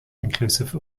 inclusive